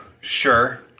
Sure